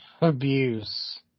abuse